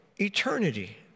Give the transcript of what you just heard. eternity